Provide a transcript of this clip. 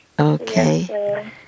Okay